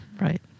right